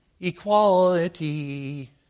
equality